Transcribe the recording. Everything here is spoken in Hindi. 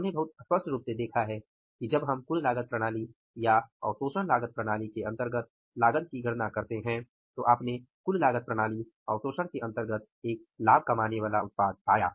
हमने बहुत स्पष्ट रूप से देखा है कि जब हम कुल लागत प्रणाली या अवशोषण लागत प्रणाली के अंतर्गत लागत की गणना करते हैं तो आपने कुल लागत प्रणाली अवशोषण के अंतर्गत एक लाभ कमाने वाला उत्पाद पाया